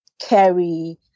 carry